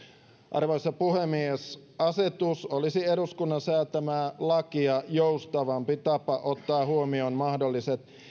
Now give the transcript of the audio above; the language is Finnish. arvoisa puhemies asetus olisi eduskunnan säätämää lakia joustavampi tapa ottaa huomioon mahdolliset